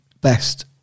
best